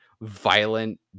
violent